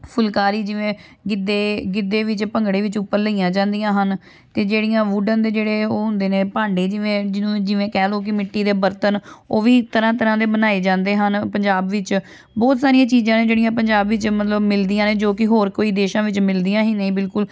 ਫੁਲਕਾਰੀ ਜਿਵੇਂ ਗਿੱਧੇ ਗਿੱਧੇ ਵਿੱਚ ਭੰਗੜੇ ਵਿੱਚ ਉੱਪਰ ਲਈਆਂ ਜਾਂਦੀਆਂ ਹਨ ਅਤੇ ਜਿਹੜੀਆਂ ਵੂਢਨ ਦੇ ਜਿਹੜੇ ਉਹ ਹੁੰਦੇ ਨੇ ਭਾਂਡੇ ਜਿਵੇਂ ਜਿਹਨੂੰ ਜਿਵੇਂ ਕਹਿ ਲਓ ਕਿ ਮਿੱਟੀ ਦੇ ਬਰਤਨ ਉਹ ਵੀ ਤਰ੍ਹਾਂ ਤਰ੍ਹਾਂ ਦੇ ਬਣਾਏ ਜਾਂਦੇ ਹਨ ਪੰਜਾਬ ਵਿੱਚ ਬਹੁਤ ਸਾਰੀਆਂ ਚੀਜ਼ਾਂ ਨੇ ਜਿਹੜੀਆਂ ਪੰਜਾਬ ਵਿੱਚ ਮਤਲਬ ਮਿਲਦੀਆਂ ਨੇ ਜੋ ਕਿ ਹੋਰ ਕੋਈ ਦੇਸ਼ਾਂ ਵਿੱਚ ਮਿਲਦੀਆਂ ਹੀ ਨਹੀਂ ਬਿਲਕੁਲ